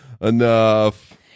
enough